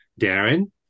Darren